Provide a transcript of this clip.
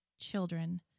Children